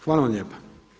Hvala vam lijepa.